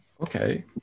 Okay